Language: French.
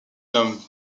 nomme